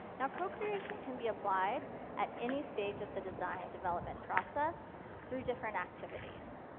now co-creation can be applied at any stage of the design development process through different activities.